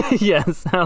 Yes